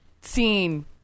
scene